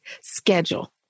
schedule